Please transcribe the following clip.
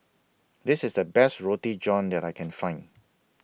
This IS The Best Roti John that I Can Find